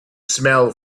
smell